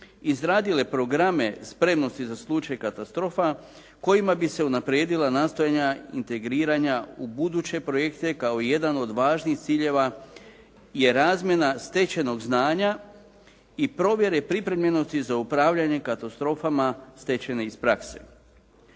izradile programe spremnosti za slučaj katastrofa kojima bi se unaprijedila nastojanja, integriranja u buduće projekte kao jedan od važnih ciljeva je razmjena stečenog znanja i provjere pripremljenosti za upravljanje katastrofama stečene iz prakse.